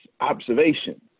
observation